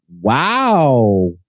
Wow